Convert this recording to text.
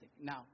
Now